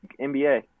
NBA